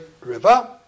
river